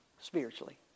spiritually